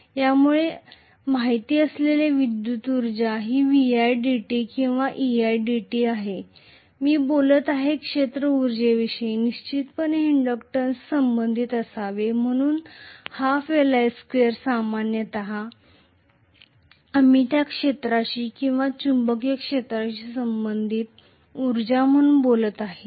आपल्याला माहित असलेली विद्युत ऊर्जा ही Vidt किंवा Eidt आहे जर मी बोलत आहे क्षेत्र ऊर्जेविषयी निश्चितपणे ते इंडक्टन्सशी संबंधित असावे म्हणून 12 Li2 सामान्यत आम्ही त्या क्षेत्राशी किंवा चुंबकीय क्षेत्राशी संबंधित उर्जा म्हणून बोलत आहोत